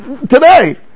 today